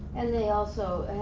and they also